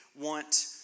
want